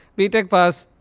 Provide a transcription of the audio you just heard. b tech pass,